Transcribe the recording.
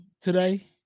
today